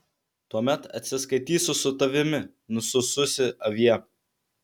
tuomet atsiskaitysiu su tavimi nusususi avie